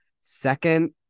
second